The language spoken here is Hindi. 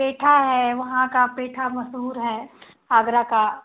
पेठा है वहाँ का पेठा मशहूर है आगरा का